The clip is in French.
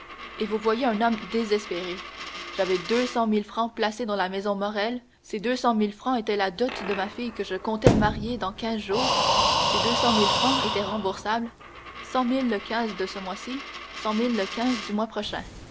et vous voyez un homme désespéré j'avais deux cent mille francs placés dans la maison morrel ces deux cent mille francs étaient la dot de ma fille que je comptais marier dans quinze jours ces deux cent mille francs étaient remboursables cent mille quinze de ce mois-ci cent mille le du mois prochain